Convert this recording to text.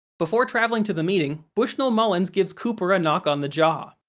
before traveling to the meeting, bushnell mullins gives cooper a knock on the jaw.